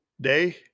day